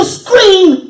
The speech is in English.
scream